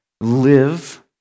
live